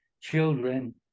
children